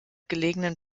gelegenen